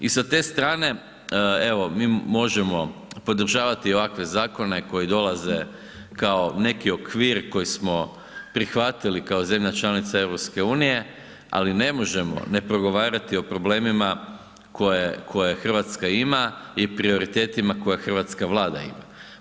I sa te strane, evo, mi možemo podržavati ovakve zakone koji dolaze kao neki okvir koji smo prihvatili kao zemlja članica EU, ali ne možemo ne progovarati o problemima koje RH ima i prioritetima koje hrvatska Vlada ima.